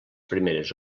primeres